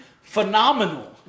phenomenal